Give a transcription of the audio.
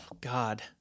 God